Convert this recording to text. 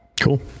Cool